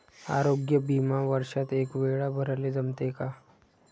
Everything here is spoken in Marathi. आरोग्य बिमा वर्षात एकवेळा भराले जमते का?